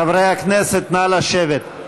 חברי הכנסת, נא לשבת.